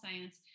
science